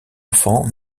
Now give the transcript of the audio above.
enfant